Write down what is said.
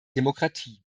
demokratie